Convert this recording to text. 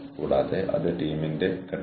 നിങ്ങൾ നെറ്റ്വർക്കിൽ നിന്ന് എടുക്കുന്നു